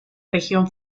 región